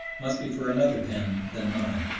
must be for another pen than mine.